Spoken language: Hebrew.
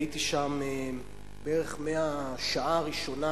הייתי שם בערך מהשעה הראשונה,